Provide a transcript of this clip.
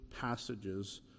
passages